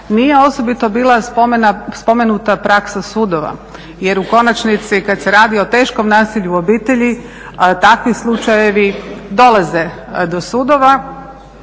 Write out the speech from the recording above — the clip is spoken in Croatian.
nije osobito bila spomenuta praksa sudova jer u konačnici kad se radi o teškom nasilju u obitelji takvi slučajevi dolaze do sudova.